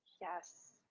Yes